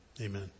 amen